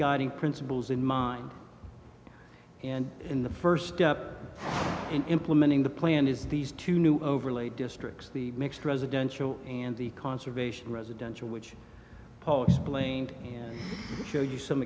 guiding principles in mind and in the first step in implementing the plan is these two new overlay districts the mixed residential and the conservation residential which paul explained showed you some